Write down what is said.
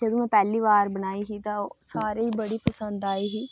जदूं में पैह्ली बार बनाई ही तां ओह् सारें गी पसंद आई ही